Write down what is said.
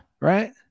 right